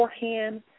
beforehand